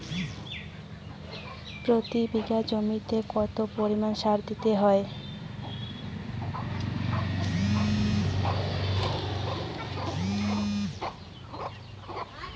প্রতি বিঘা জমিতে কত পরিমাণ সার দিতে হয়?